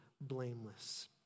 blameless